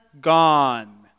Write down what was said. gone